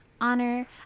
honor